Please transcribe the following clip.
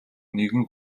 нэгэн